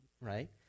right